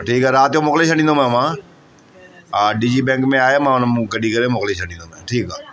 ठीकु आहे राति जो मोकिले छॾींदोमांइ मां हा डिजी बैंक में आहे मां हुन मां कढी करे मोकिले छॾींदोमांइ ठीकु आहे